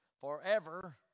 forever